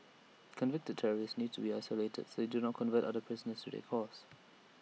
convicted terrorists need to be isolated so that they do not convert other prisoners to their cause